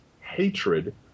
hatred